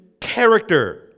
character